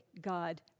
God